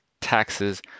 taxes